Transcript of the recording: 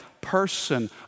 person